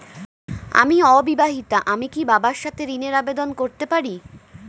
আমি অবিবাহিতা আমি কি বাবার সাথে ঋণের আবেদন করতে পারি?